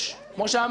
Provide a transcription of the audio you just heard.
כפי שאמרנו,